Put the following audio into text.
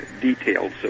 details